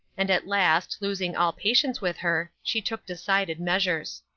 and at last, losing all patience with her, she took decided measures.